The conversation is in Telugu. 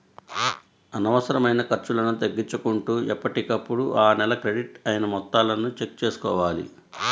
అనవసరమైన ఖర్చులను తగ్గించుకుంటూ ఎప్పటికప్పుడు ఆ నెల క్రెడిట్ అయిన మొత్తాలను చెక్ చేసుకోవాలి